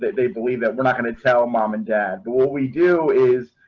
they believe that we're not going to tell mom and dad, what we do is,